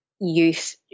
youth